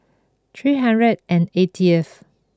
three hundred and eightieth